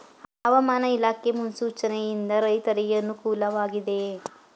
ಹವಾಮಾನ ಇಲಾಖೆ ಮುನ್ಸೂಚನೆ ಯಿಂದ ರೈತರಿಗೆ ಅನುಕೂಲ ವಾಗಿದೆಯೇ?